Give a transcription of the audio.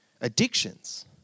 Addictions